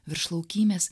virš laukymės